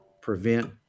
prevent